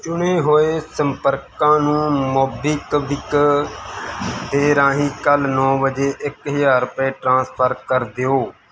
ਚੁਣੇ ਹੋਏ ਸੰਪਰਕਾਂ ਨੂੰ ਮੋਬੀਕਵਿਕ ਦੇ ਰਾਹੀਂ ਕੱਲ੍ਹ ਨੌ ਵਜੇ ਇੱਕ ਹਜ਼ਾਰ ਰੁਪਏ ਟ੍ਰਾਂਸਫਰ ਕਰ ਦਿਓ